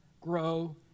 grow